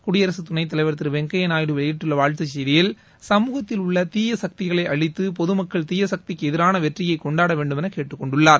குடியரசு துணைத்தலைவர் திரு வெங்கய்யா நாயுடு வெளியிட்டு வாழ்த்துச் செய்தியில் சமூகத்தில் உள்ள தீய சக்திகளை அழித்து பொதுமக்கள் தீயசக்திக்கு எதிராள வெற்றியை கொண்டாட வேண்டுமென கேட்டுக் கொண்டுள்ளார்